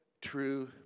true